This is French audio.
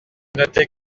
noter